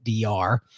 DR